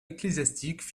ecclésiastiques